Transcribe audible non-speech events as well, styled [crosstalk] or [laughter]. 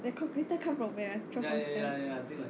the computer come from where [one] [noise]